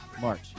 March